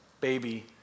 baby